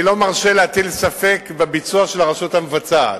אני לא מרשה להטיל ספק בביצוע של הרשות המבצעת.